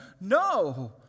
No